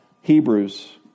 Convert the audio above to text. Hebrews